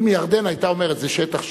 אם ירדן היתה אומרת: זה שטח שלנו,